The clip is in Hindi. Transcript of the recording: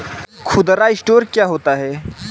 खुदरा स्टोर क्या होता है?